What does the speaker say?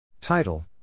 Title